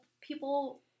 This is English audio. people